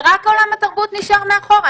ורק עולם התרבות נשאר מאחורה.